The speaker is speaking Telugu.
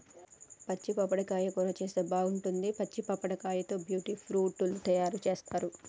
పచ్చి పప్పడకాయ కూర చేస్తే బాగుంటది, పచ్చి పప్పడకాయతో ట్యూటీ ఫ్రూటీ లు తయారు చేస్తారు